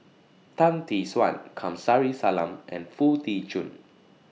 Tan Tee Suan Kamsari Salam and Foo Tee Jun